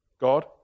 God